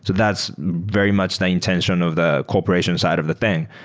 that's very much the intention of the corporation side of the thing.